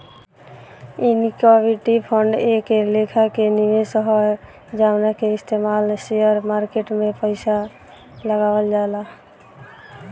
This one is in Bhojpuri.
ईक्विटी फंड एक लेखा के निवेश ह जवना के इस्तमाल शेयर मार्केट में पइसा लगावल जाला